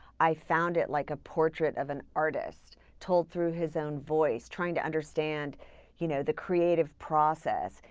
i found it like a portrait of an artist told through his own voice, trying to understand you know the creative process.